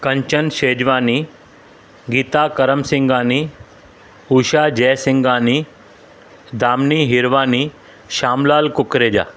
Kanchan Shejwani Geeta Karamsighani Usha Jaisighani Damini Hirwani Shyamlal Kukreja